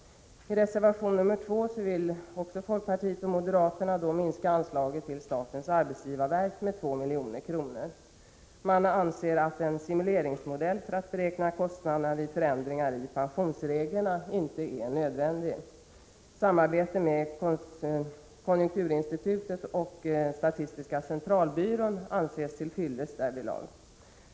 I reservation nr 2 föreslår folkpartiet och moderata samlingspartiet en minskning av anslaget till statens arbetsgivarverk med 2 milj.kr. Man anser att en simuleringsmodell för beräkning av kostnader vid förändringar i pensionsreglerna inte är nödvändig. Ett samarbete med konjunkturinstitutet och statistiska centralbyrån anses till fyllest därvidlag.